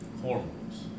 hormones